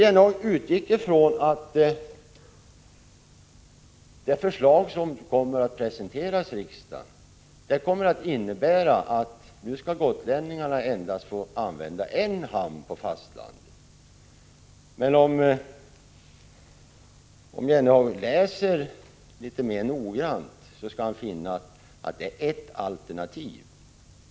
Jennehag utgick ifrån att det förslag som kommer att presenteras för riksdagen kommer att innebära att gotlänningarna nu skall få använda endast en hamn på fastlandet. Men om Jennehag läser litet mer noggrant skall han finna att det är ett alternativ.